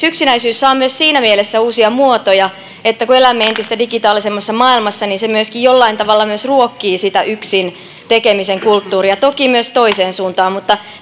yksinäisyys saa myös siinä mielessä uusia muotoja että kun elämme entistä digitaalisemmassa maailmassa niin se myöskin jollain tavalla myös ruokkii sitä yksin tekemisen kulttuuria toki myös toiseen suuntaan mutta